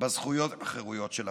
בזכויות ובחירויות של הפרט.